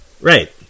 Right